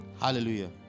hallelujah